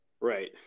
Right